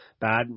bad